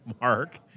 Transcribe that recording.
Mark